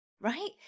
right